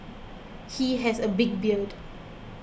he has a big beard